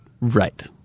Right